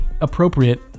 appropriate